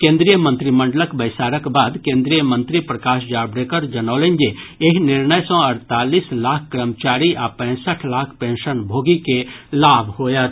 केन्द्रीय मंत्रिमंडलक बैसारक बाद केन्द्रीय मंत्री प्रकाश जावड़ेकर जनौलनि जे एहि निर्णय सॅ अड़तालीस लाख कर्मचारी आ पैंसठ लाख पेंशनभोगी के लाभ होयत